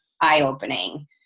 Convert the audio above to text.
eye-opening